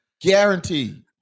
Guaranteed